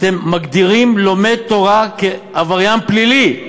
אתם מגדירים לומד תורה כעבריין פלילי.